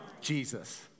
Jesus